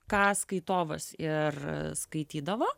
ką skaitovas ir skaitydavo